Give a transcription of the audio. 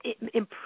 improve